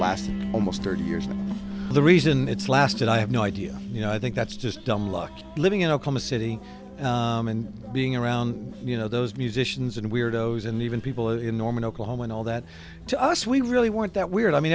lasted almost thirty years and the reason it's lasted i have no idea you know i think that's just dumb luck living in a coma city and being around you know those musicians and weirdos and even people in norman oklahoma and all that to us we really want that weird i mean